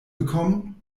bekommen